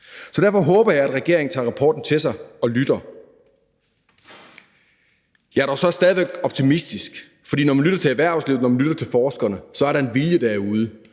Derfor håber jeg, at regeringen tager rapporten til sig og lytter. Jeg er dog stadig væk optimistisk, for når man lytter til erhvervslivet, når man lytter til forskerne, er der en vilje derude,